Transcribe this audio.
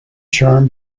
charm